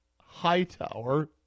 Hightower